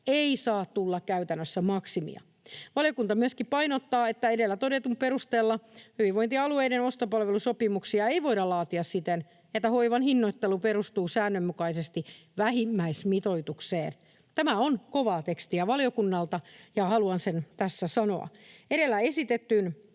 ei saa tulla käytännössä maksimia. Valiokunta myöskin painottaa, että edellä todetun perusteella hyvinvointialueiden ostopalvelusopimuksia ei voida laatia siten, että hoivan hinnoittelu perustuu säännönmukaisesti vähimmäismitoitukseen. Tämä on kovaa tekstiä valiokunnalta, ja haluan sen tässä sanoa. Edellä esitettyyn